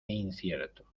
incierto